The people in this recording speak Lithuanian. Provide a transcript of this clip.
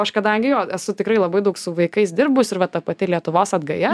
aš kadangi jo esu tikrai labai daug su vaikais dirbus ir vat ta pati lietuvos atgaja